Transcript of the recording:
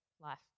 life